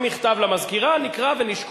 אם הוא מתייחס אלי, אני רוצה להגיב.